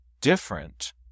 different